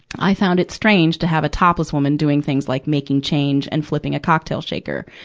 i found it strange to have a topless woman doing things, like making change and flipping a cocktail shaker.